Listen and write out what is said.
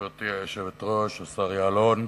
גברתי היושבת-ראש, השר יעלון,